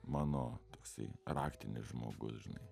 mano toksai raktinis žmogus žinai